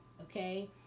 okay